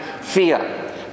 Fear